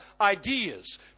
ideas